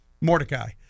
Mordecai